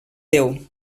déu